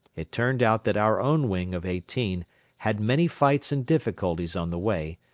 it turned out that our own wing of eighteen had many fights and difficulties on the way,